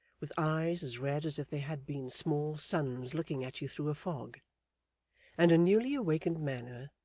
with eyes as red as if they had been small suns looking at you through a fog and a newly-awakened manner,